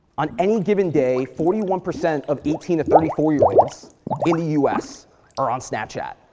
on any given day, forty one percent of eighteen to thirty four year olds in the us are on snapchat.